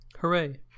hooray